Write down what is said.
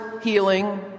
healing